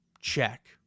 check